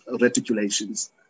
reticulations